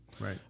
right